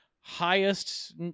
highest